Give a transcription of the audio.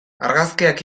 argazkiak